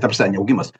ta prasme ne augimas